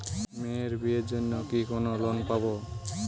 মেয়ের বিয়ের জন্য কি কোন লোন পাব?